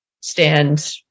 stand